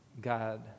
God